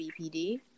BPD